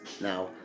now